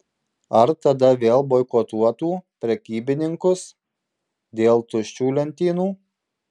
ar tada vėl boikotuotų prekybininkus dėl tuščių lentynų